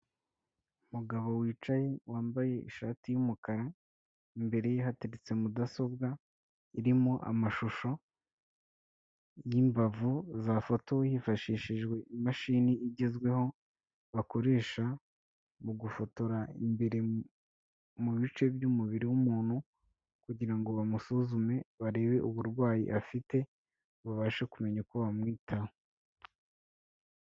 Umugabo wicaye wambaye ishati y'umukara, imbere ye hateretse mudasobwa irimo amashusho y'imbavu zafotowe hifashishijwe imashini igezweho, bakoresha mu gufotora imbere mu bice by'umubiri w'umuntu kugira ngo bamusuzume, barebe uburwayi afite, babashe kumenya uko bamwitaho.